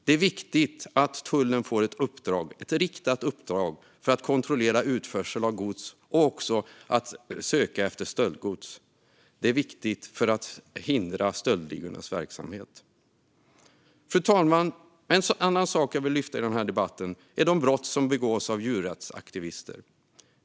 Det är viktigt att tullen får ett riktat uppdrag för att kontrollera utförsel av gods och också att söka efter stöldgods. Det är viktigt för att hindra stöldligornas verksamhet. Fru talman! En annan sak jag vill lyfta fram i debatten är de brott som begås av djurrättsaktivister.